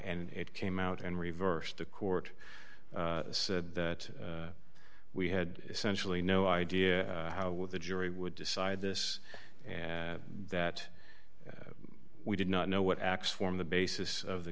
and it came out and reversed the court said that we had essentially no idea how well the jury would decide this and that we did not know what acts form the basis of the